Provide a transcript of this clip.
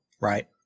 Right